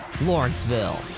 Lawrenceville